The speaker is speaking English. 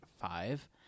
five